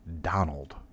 Donald